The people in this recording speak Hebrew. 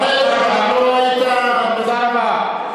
תודה רבה.